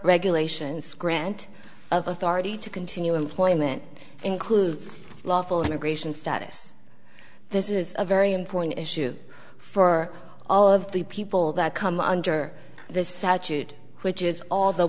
regulations grant of authority to continue employment includes lawful immigration status this is a very important issue for all of the people that come under this statute which is all the